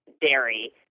dairy